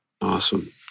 Awesome